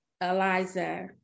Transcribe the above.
Eliza